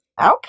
Okay